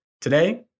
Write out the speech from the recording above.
Today